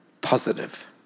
positive